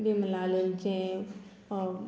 बिमला लोणचें फोव